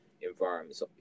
environments